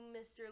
Mr